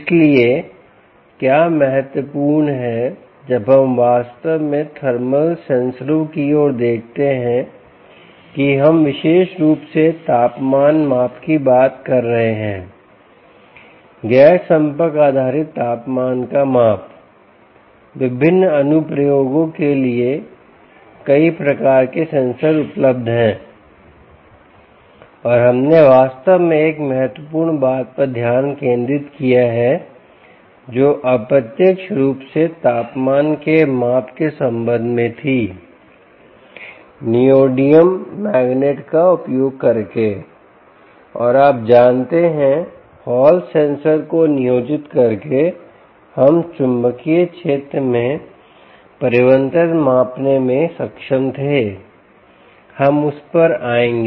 इसलिए क्या महत्वपूर्ण है जब हम वास्तव में थर्मल सेंसरों की ओर देखते हैं कि हम विशेष रूप से तापमान माप की बात कर रहे हैं गैर संपर्क आधारित तापमान का माप विभिन्न अनुप्रयोगों के लिए कई प्रकार के सेंसर उपलब्ध हैं और हमने वास्तव में एक महत्वपूर्ण बात पर ध्यान केंद्रित किया है जो अप्रत्यक्ष रूप से तापमान के माप के संबंध में थी neodymium मैग्नेट का उपयोग करके और आप जानते हैं हॉल सेंसर को नियोजित करके हम चुंबकीय क्षेत्र में परिवर्तन मापने में सक्षम थे हम उस पर आएंगे